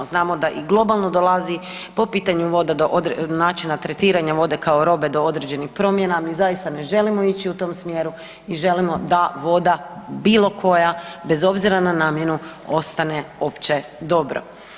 Znamo da i globalno dolazi po pitanju voda do načina tretiranja vode kao robe do određenih promjena, mi zaista ne želimo ići u tom smjeru i želimo da voda bilokoja, bez obzira na namjenu, ostane opće dobro.